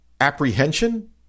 apprehension